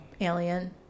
Alien